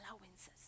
allowances